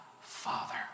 Father